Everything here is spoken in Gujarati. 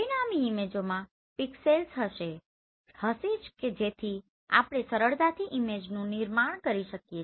પરિણામી ઈમેજોમાં પિક્સેલ્સ હશે જ કે જેથી આપણે સરળતાથી ઇમેજનુ નિર્માણ કરી શકીએ